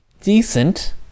decent